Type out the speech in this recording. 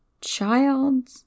child